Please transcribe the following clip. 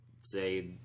say